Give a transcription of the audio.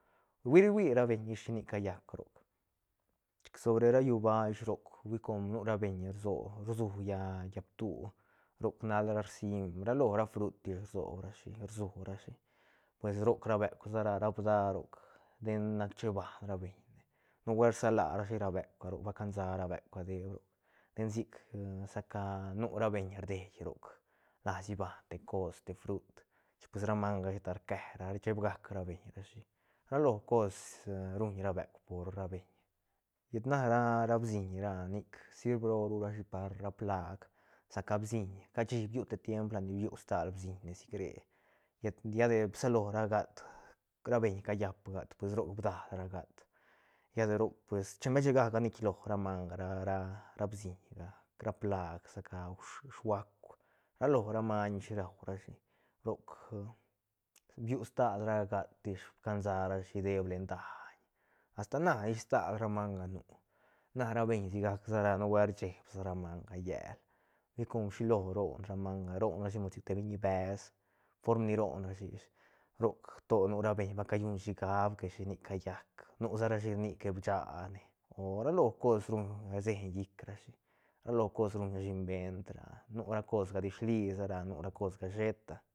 Rui rui ra beñ ish shinic callac roc chic sobre ra llúba ish roc hui com nu ra beñ rso rsu llaä-llaä ptú roc nal ra rsim ralo ra frut ish rsoob ra shi rsu ra shi pues roc ra beuk ra raapda roc den nac che bán ra beñ ne nubuelt rsala rashi ra beukga ba cansa ra beuk deeb roc ten sic sa ca nu beñ rdei roc las iban te cos te frut chic pues ra manga sheta quera sheeb gac ra beñ rashi ra lo cos ruñ ra beuk por ra beñ llet na ra BSIIÑ ra nic sirb roo ru rashi par plaag sa ca BSIIÑ cashi biu te tiemp la ni bio stal bsiñ ne si cre llet lla de bsalo ra gat ra beñ callap gat pues roc bdal ra gat lla de roc pues chembeshe ga- ga mniik lo ra manga ra- ra bsiñga ra plaag sa ca shu- shuaku ra lo ra maiñ ish raurashi roc biu stal ra gat ish cansa rashi deep len daiñ asta na ish stal ra manga nu na ra beiñ sigac sa ra nubuelt rcheeb sa ra manga llel hui com shilo ron ra manga ronrashi sic mood te biñi besh form ni ron ra shi ish roc to nu rabeñ ba callun shigab que shi nic callac nu sa ra shi rni que BICHA ne o ra lo cos ruñ rseiñ llic rashi ra lo cos ruñ rashi invent ra nu ra cosga disli sa ra nu ra cosga sheta.